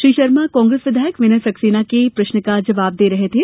श्री शर्मा कांग्रेस विधायक विनय सक्सेना के प्रश्न का जवाब दे रहे थे